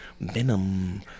Venom